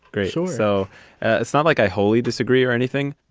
great. so so ah it's not like i wholly disagree or anything,